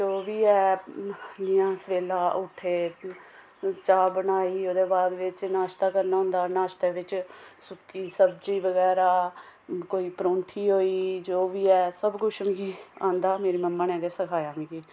जो बी ऐ जि'यां सवेला उट्ठे चाऽ बनाई ओह्दे बाद बेच नाश्ता करना होंदा भी सब्जी बगैरा कोई परौंठी होई एई बी जो बी ऐ साब कुछ मि आंदा मेरी मम्मा नै गै सखाया